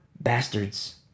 bastards